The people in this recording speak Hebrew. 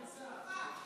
רפואה שלמה.